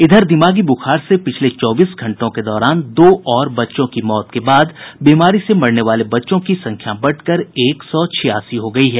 इधर दिमागी बूखार से पिछले चौबीस घंटों के दौरान दो और बच्चों की मौत के बाद बीमारी से मरने वाले बच्चों की संख्या बढ़कर एक सौ छियासी हो गयी है